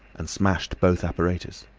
and smashed both apparatus.